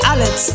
Alex